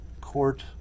court